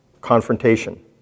confrontation